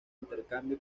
intercambio